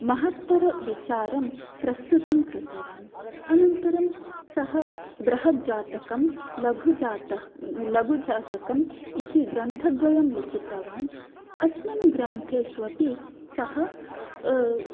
महत्तरविचारं प्रस्तुतीं कृतवान् अनन्तरं सः बृहज्जातकम् लघुजात लघुजातकम् इति ग्रन्थद्वयं लिखितवान् अस्मिन् ग्रन्तेष्वपि सः